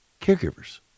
caregivers